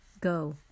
Go